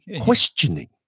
Questioning